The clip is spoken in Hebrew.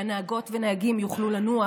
שהנהגות והנהגים יוכלו לנוח.